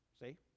see